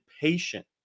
patient